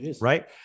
Right